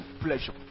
pleasure